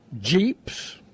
Jeeps